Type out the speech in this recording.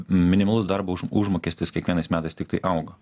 minimalus darbo užm užmokestis kiekvienais metais tiktai auga